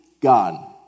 God